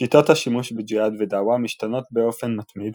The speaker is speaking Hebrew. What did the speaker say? שיטות השימוש בג'יהאד ודעוה משתנות באופן מתמיד,